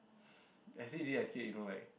I say already I scared you don't like